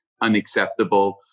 Unacceptable